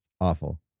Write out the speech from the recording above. Awful